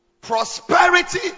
Prosperity